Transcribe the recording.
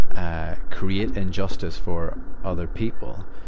ah, create injustice for other people,